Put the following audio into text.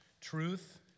truth